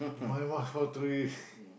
my boss call three